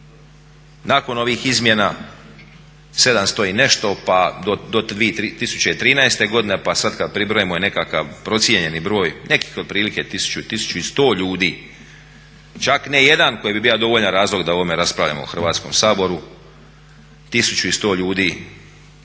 nakon ovih izmjena 700 i nešto pa do 2013. godine pa sada kada pribrojimo i nekakav procijenjeni broj nekih otprilike 1000 i 1100 ljudi. Čak ne jedan koji bi bio dovoljan razlog da o ovome raspravljamo u Hrvatskom saboru 1100 ljudi